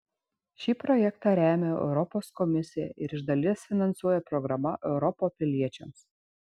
šį projektą remia europos komisija ir iš dalies finansuoja programa europa piliečiams